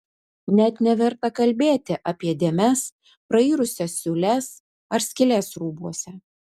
net neverta kalbėti apie dėmes prairusias siūles ar skyles rūbuose